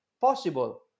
possible